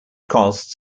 costs